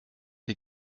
die